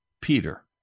Peter